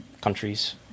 countries